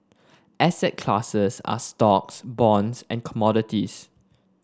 asset classes are stocks bonds and commodities